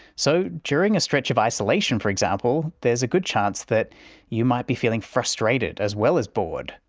so during a stretch of isolation, for example, there's a good chance that you might be feeling frustrated as well as bored,